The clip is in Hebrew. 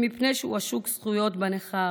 אם מפני שהוא עשוק זכויות בנכר,